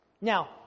Now